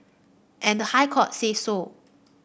and the High Court said so